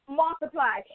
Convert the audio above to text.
multiply